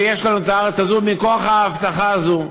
ויש לנו הארץ הזאת מכוח ההבטחה הזאת.